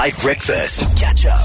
breakfast